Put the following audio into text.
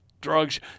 drugs